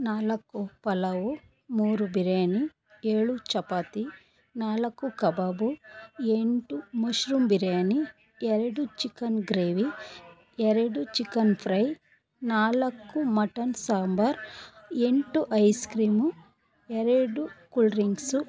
ನಾಲ್ಕು ಪಲಾವು ಮೂರು ಬಿರಿಯಾನಿ ಏಳು ಚಪಾತಿ ನಾಲ್ಕು ಕಬಾಬು ಎಂಟು ಮಶ್ರೂಮ್ ಬಿರಿಯಾನಿ ಎರಡು ಚಿಕನ್ ಗ್ರೇವಿ ಎರಡು ಚಿಕನ್ ಫ್ರೈ ನಾಲ್ಕು ಮಟನ್ ಸಾಂಬಾರ್ ಎಂಟು ಐಸ್ಕ್ರೀಮು ಎರಡು ಕೂಲ್ಡ್ರಿಕ್ಸು